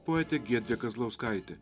poetė giedrė kazlauskaitė